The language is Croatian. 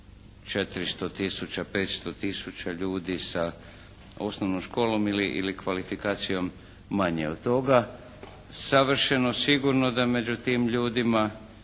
500 tisuća ljudi sa osnovnom školom ili kvalifikacijom manje od toga. Savršeno sigurno da među tim ljudima